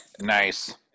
Nice